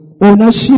ownership